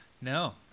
No